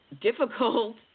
difficult